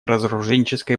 разоруженческой